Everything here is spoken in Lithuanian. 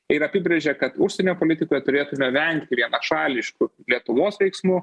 ir apibrėžia kad užsienio politikoje turėtume vengti šališkų lietuvos veiksmų